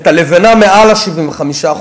את הלְבֵנָה מעל ה-75%,